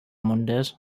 mondays